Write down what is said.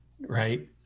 right